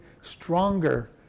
stronger